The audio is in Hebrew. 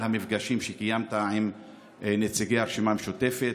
המפגשים שקיימת עם נציגי הרשימה המשותפת